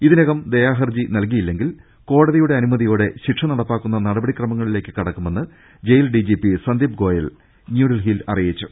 ഇതിനകം ദയാഹർജി നൽകി യില്ലെങ്കിൽ കോടതിയുടെ അനുമതിയോടെ ശിക്ഷ നടപ്പാക്കുന്ന നടപടിക്രമങ്ങളിലേക്ക് കടക്കുമെന്ന് ജയിൽ ഡിജിപി സന്ദീപ് ഗോയൽ ന്യൂഡൽഹിയിൽ അറിയിച്ചു